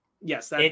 Yes